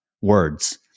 words